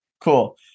cool